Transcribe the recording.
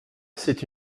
c’est